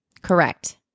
Correct